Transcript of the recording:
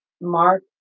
mark